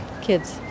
kids